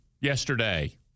yesterday